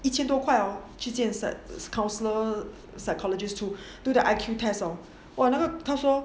一千多块哦去见 cert counsellor psychologist to do the I_Q test hor !wow! 他说